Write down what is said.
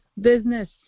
business